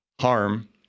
harm